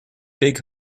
big